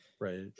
Right